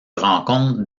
rencontre